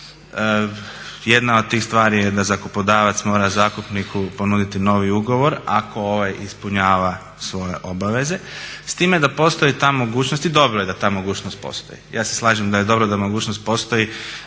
Jedna od tih stvari je da zakupodavac mora zakupniku ponuditi novi ugovor ako ovaj ispunjava svoje obaveze s time da postoji ta mogućnost i dobro je da ta mogućnost postoji. Ja se slažem da je dobro da mogućnost postoji